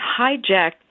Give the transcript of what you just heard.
hijacked